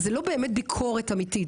זה לא באמת ביקורת אמיתית,